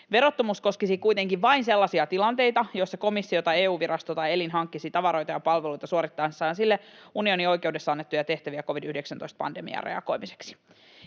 Verottomuus koskisi kuitenkin vain sellaisia tilanteita, joissa komissio tai EU-virasto tai ‑elin hankkisi tavaroita ja palveluita suorittaessaan sille unionin oikeudessa annettuja tehtäviä covid-19-pandemiaan reagoimiseksi.